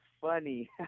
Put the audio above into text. funny